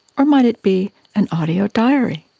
or might it be an audio diary?